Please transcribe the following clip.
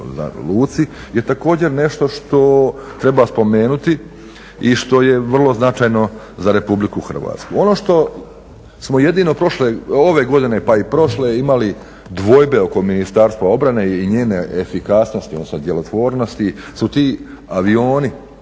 je također nešto treba spomenuti i što je vrlo značajno za Republiku Hrvatsku. Ono što smo jedino ove godine pa i prošle imali dvojbe oko Ministarstva obrane i njene efikasnosti odnosno djelotvornosti su ti avioni,